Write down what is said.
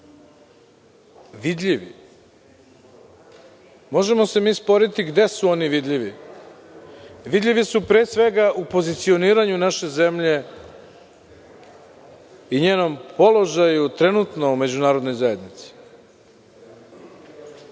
vidljivi. Možemo se mi sporiti gde su oni vidljivi. Vidljivi su, pre svega, u pozicioniranju naše zemlje i njenom položaju trenutno u međunarodnoj zajednici.